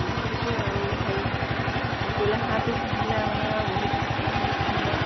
উন্নত হৈছোঁ আৰু হেৰি ব্ৰইলাৰ হাঁহটো পুহিলে আমি আৰু বহুত উন্নত